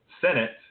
Senate